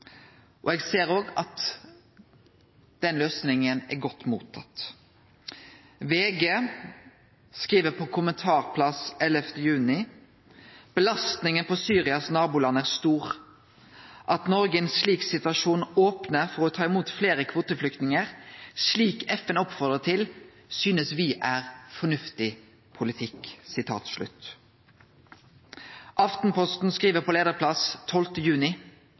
løysing. Eg ser òg at den løysinga er godt mottatt. VG skriv på kommentarplass 11. juni: «Belastningen på Syrias naboland er stor. At Norge i en slik situasjon åpner for å ta inn noen flere kvoteflyktninger, slik FN oppfordrer til, synes vi er fornuftig politikk.» Aftenposten skriv på leiarplass 12. juni